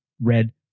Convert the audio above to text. red